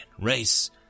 race